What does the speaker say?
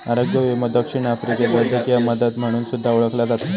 आरोग्य विमो दक्षिण आफ्रिकेत वैद्यकीय मदत म्हणून सुद्धा ओळखला जाता